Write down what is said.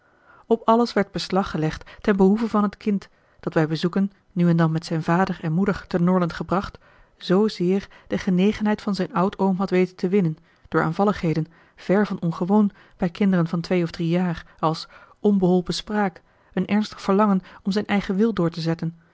op alles werd beslag gelegd ten behoeve van het kind dat bij bezoeken nu en dan met zijn vader en moeder te norland gebracht zzeer de genegenheid van zijn oudoom had weten te winnen door aanvalligheden ver van ongewoon bij kinderen van twee of drie jaar als onbeholpen spraak een ernstig verlangen om zijn eigen wil door te zetten